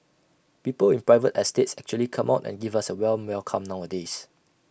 people in private estates actually come out and give us A warm welcome nowadays